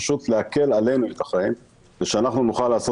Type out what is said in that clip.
פשוט להקל עלינו את החיים כדי שנוכל לעשות